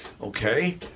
okay